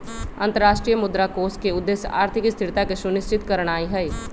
अंतरराष्ट्रीय मुद्रा कोष के उद्देश्य आर्थिक स्थिरता के सुनिश्चित करनाइ हइ